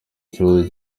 ikibazo